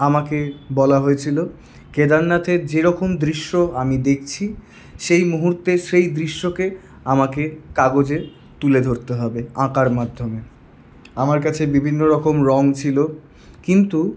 আমাকে বলা হয়েছিলো কেদারনাথের যেরকম দৃশ্য আমি দেখছি সেই মুহুর্তে সেই দৃশ্যকে আমাকে কাগজে তুলে ধরতে হবে আঁকার মাধ্যমে আমার কাছে বিভিন্ন রকম রং ছিল কিন্তু